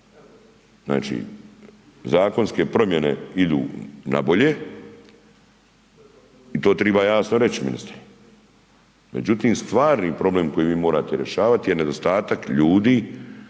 Znači, zakonske promjene idu na bolje i to triba jasno reći ministre, međutim stvarni problem koji vi morate rješavati je nedostatak ljudi